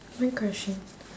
my question